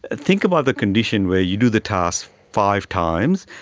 think about the condition where you do the task five times,